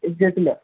കേട്ടില്ല